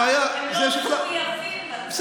הערבים, אין להם פטור מהצבא, הם לא מחויבים לצבא.